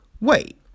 wait